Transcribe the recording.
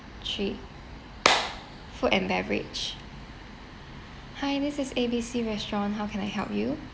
three food and beverage hi this is A B C restaurant how can I help you